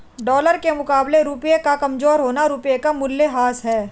dollar के मुकाबले रुपए का कमज़ोर होना रुपए का मूल्यह्रास है